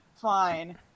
Fine